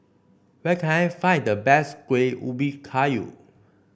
where can I find the best Kueh Ubi Kayu